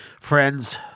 friends